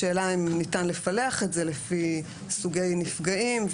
השאלה היא האם ניתן לפלח את זה לפי סוגי נפגעים.